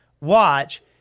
watch